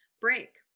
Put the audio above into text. break